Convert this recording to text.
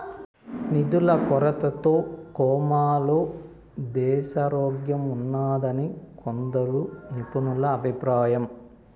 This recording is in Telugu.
నిధుల కొరతతో కోమాలో దేశారోగ్యంఉన్నాదని కొందరు నిపుణుల అభిప్రాయం